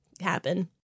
happen